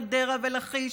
חדרה ולכיש,